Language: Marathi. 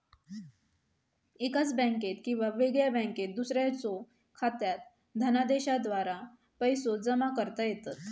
एकाच बँकात किंवा वेगळ्या बँकात दुसऱ्याच्यो खात्यात धनादेशाद्वारा पैसो जमा करता येतत